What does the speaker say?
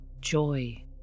joy